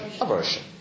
Aversion